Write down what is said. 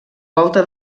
volta